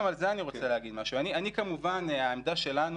גם על זה אני רוצה להגיד משהו: העמדה שלנו